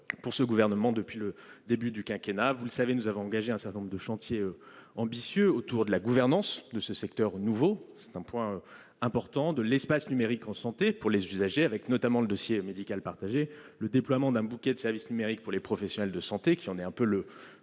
pour ce gouvernement, puisque, depuis le début du quinquennat, vous le savez, nous avons engagé un certain nombre de chantiers ambitieux autour de la gouvernance de ce secteur nouveau- c'est un point important -de l'espace numérique en santé pour les usagers. Je citerai notamment le dossier médical partagé, le déploiement d'un bouquet de services numériques pour les professionnels de santé, qui en est un peu le